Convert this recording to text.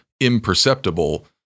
imperceptible